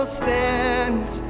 stands